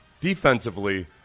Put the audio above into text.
defensively